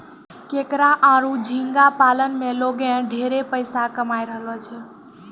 केकड़ा आरो झींगा पालन में लोगें ढेरे पइसा कमाय रहलो छै